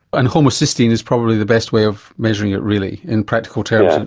and homocysteine is probably the best way of measuring it really in practical terms.